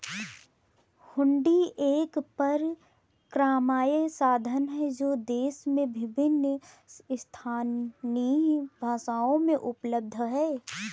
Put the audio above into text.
हुंडी एक परक्राम्य साधन है जो देश में विभिन्न स्थानीय भाषाओं में उपलब्ध हैं